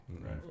Right